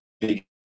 big